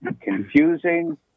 confusing